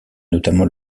notamment